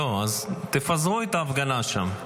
תפזרו את ההפגנה שם.